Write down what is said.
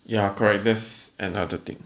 ya correct that's also another thing